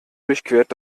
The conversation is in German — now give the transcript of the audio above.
durchquert